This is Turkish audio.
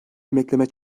emekleme